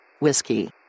Whiskey